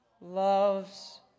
loves